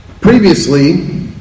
previously